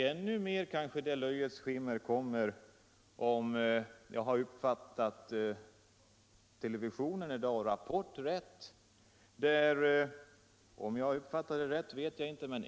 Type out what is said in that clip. Ännu mer av löjets skimmer kanske det blir — om jag har riktigt uppfattat programmet Rapport i TV i dag.